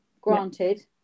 granted